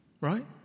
right